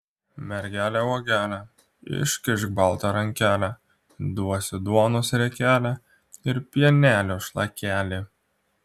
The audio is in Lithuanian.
mergele uogele iškišk baltą rankelę duosiu duonos riekelę ir pienelio šlakelį